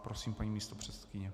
Prosím, paní místopředsedkyně.